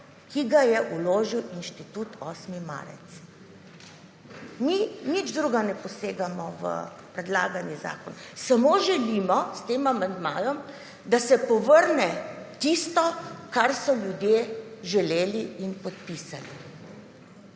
ki ga je vložili inštitut 8. marec. Mi nič drugega ne posegamo v predlagani zakon, samo želimo s tem amandmajem, da se povrne tisto kar so ljudje želeli in podpisali.